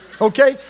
Okay